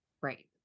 right